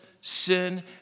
sin